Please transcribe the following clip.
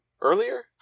Earlier